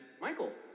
Michael